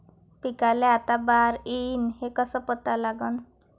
पिकाले आता बार येईन हे कसं पता लागन?